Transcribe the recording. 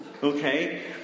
Okay